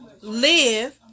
live